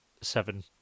seven